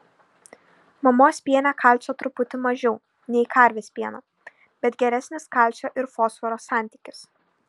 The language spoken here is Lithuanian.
mamos piene kalcio truputį mažiau nei karvės piene bet geresnis kalcio ir fosforo santykis